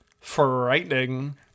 frightening